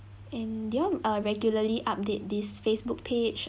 and do you all uh regularly update this facebook page